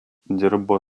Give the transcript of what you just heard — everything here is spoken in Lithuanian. dirbo